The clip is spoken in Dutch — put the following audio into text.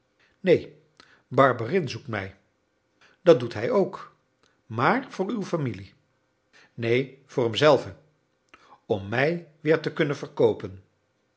neen barberin zoekt mij dat doet hij ook maar voor uw familie neen voor hem zelven om mij weer te kunnen verkoopen